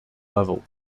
level